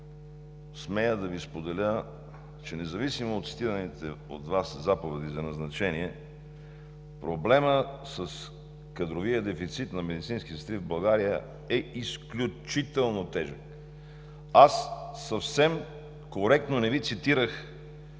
смея да Ви споделя, че независимо от цитираните от Вас заповеди за назначение, проблемът с кадровия дефицит на медицинските сестри в България е изключително тежък. Аз съвсем коректно не Ви цитирах